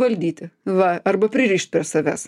valdyti va arba pririšt prie savęs